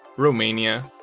romania,